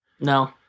No